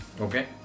Okay